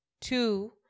two